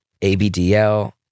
ABDL